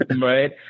Right